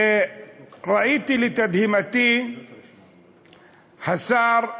וראיתי לתדהמתי שהשר,